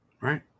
right